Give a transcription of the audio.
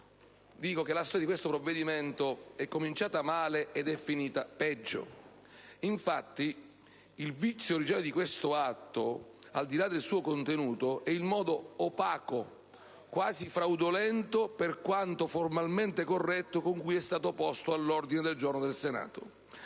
che la storia di questo provvedimento è cominciata male ed è finita peggio. Infatti, il vizio originario di quest'atto, al di là del suo contenuto, è il modo opaco, quasi fraudolento, per quanto formalmente corretto, con cui è stato posto all'ordine del giorno del Senato.